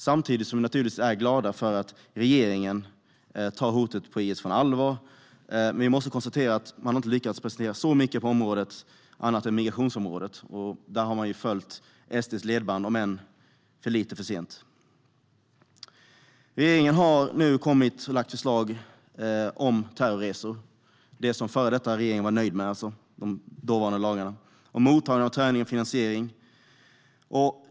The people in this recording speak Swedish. Samtidigt som vi givetvis är glada för att regeringen äntligen tar hotet från IS på allvar konstaterar vi att man inte har lyckats prestera särskilt mycket här annat än på migrationsområdet. Där har man gått i SD:s ledband, om än för lite och för sent. Regeringen har lagt fram förslag om terrorresor - till skillnad från förra regeringen, som var nöjd med de dåvarande lagarna - om mottagning av träning och finansiering.